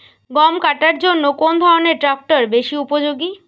গম কাটার জন্য কোন ধরণের ট্রাক্টর বেশি উপযোগী?